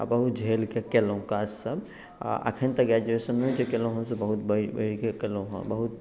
आ बहुत झेलके केलहुँ काजसभ आ एखन तऽ ग्रैजूएशनो जे केलहुँ हेँ से बहुत बढ़ि बढ़िके केलहुँ हेँ बहुत